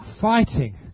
fighting